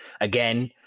again